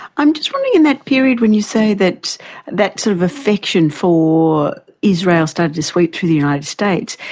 i'm just wondering in that period when you say that that sort of affection for israel started to sweep through the united states,